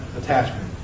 attachment